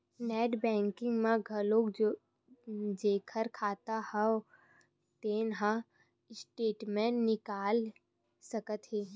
net banking म घलोक जेखर खाता हव तेन ह स्टेटमेंट निकाल सकत हे